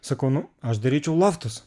sakau nu aš daryčiau loftus